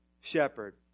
shepherd